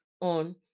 on